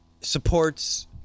supports